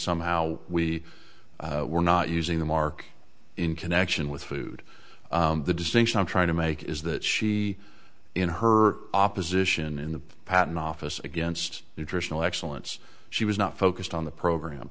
somehow we were not using the mark in connection with food the distinction i'm trying to make is that she in her opposition in the patent office against nutritional excellence she was not focused on the program